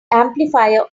amplifier